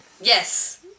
Yes